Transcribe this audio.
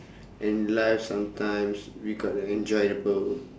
and life sometimes we got to enjoy the